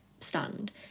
stand